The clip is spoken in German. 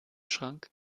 schrank